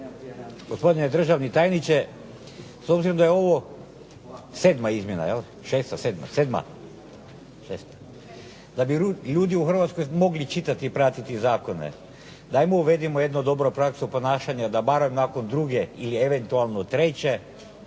gospodine državni tajničke, s obzirom da je ovo sedma izmjena jel? šesta, sedma. Da bi ljudi u _Hrvatskoj mogli čitati i pratiti zakone, dajmo uvedimo jednu dobru praksu ponašanja da bar nakon druge, ili eventualno treće